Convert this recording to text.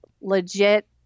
legit